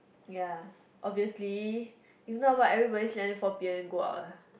ya obviously if not what everybody sleep until four p_m then go out ah